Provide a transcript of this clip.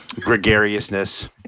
gregariousness